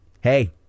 Hey